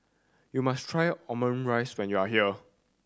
you must try Omurice when you are here